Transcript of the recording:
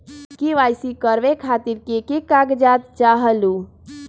KYC करवे खातीर के के कागजात चाहलु?